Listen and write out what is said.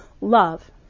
love